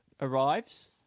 arrives